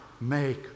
make